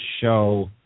show